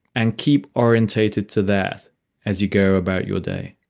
and keep orientated to that as you go about your day.